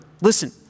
Listen